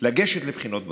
לגשת לבחינות הבגרות,